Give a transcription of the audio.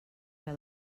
que